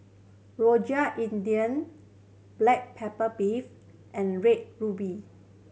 Rojak India black pepper beef and Red Ruby